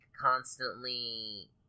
constantly